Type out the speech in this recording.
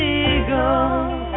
eagles